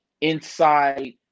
inside